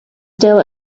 still